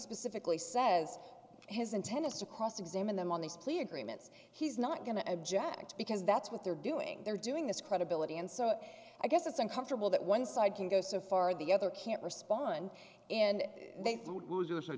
specifically says his intent is to cross examine them on these plea agreements he's not going to object because that's what they're doing they're doing this credibility and so i guess it's uncomfortable that one side can go so far the other can't respond and they are